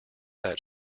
that